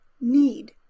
need